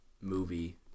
movie